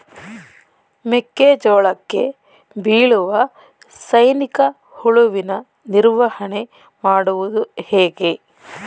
ಮೆಕ್ಕೆ ಜೋಳಕ್ಕೆ ಬೀಳುವ ಸೈನಿಕ ಹುಳುವಿನ ನಿರ್ವಹಣೆ ಮಾಡುವುದು ಹೇಗೆ?